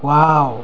wow